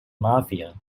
mafia